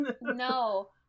No